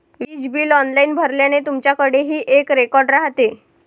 वीज bill online भरल्याने, तुमच्याकडेही एक रेकॉर्ड राहते